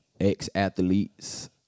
ex-athletes